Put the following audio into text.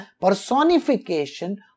personification